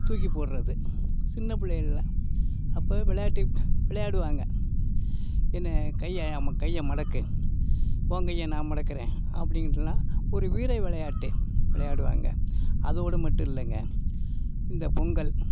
தூக்கி போடுகிறது சின்ன பிள்ளைல அப்போ விளையாட்டு விளையாடுவாங்க என்ன கைய கைய மடக்கு உங்கைய நான் மடக்குகிறேன் அப்படின்ட்டுலாம் ஒரு வீர விளையாட்டு விளையாடுவாங்க அதோட மட்டும் இல்லைங்க இந்த பொங்கல்